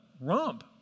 rump